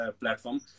platform